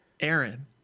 Aaron